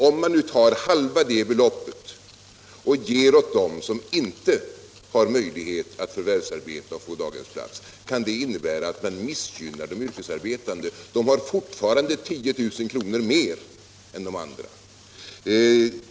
Om man tar halva det beloppet och ger åt dem som inte har möjlighet att förvärvsarbeta och få daghemsplats, kan det innebära att man missgynnar de yrkesarbetande? De har fortfarande 10 000 kr. mer än de andra.